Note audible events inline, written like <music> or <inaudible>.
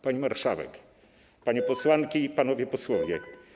Pani Marszałek! <noise> Panie Posłanki i Panowie Posłowie!